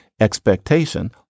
expectation